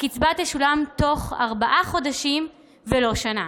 הקצבה תשולם בתוך ארבעה חודשים ולא שנה.